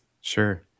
Sure